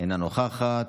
אינה נוכחת,